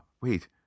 Wait